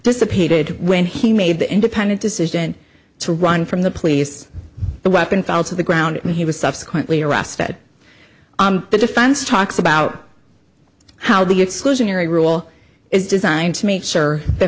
dissipated when he made the independent decision to run from the police the weapon fell to the ground and he was subsequently arrested the defense talks about how the exclusionary rule is designed to make sure th